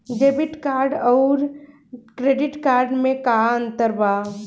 Debit card आउर credit card मे का अंतर बा?